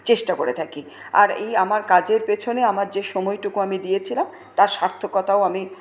চেষ্টা করে থাকি আর এই আমার কাজের পেছনে আমার যে সময়টুকু আমি দিয়েছিলাম তার সার্থকতাও আমি